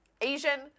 Asian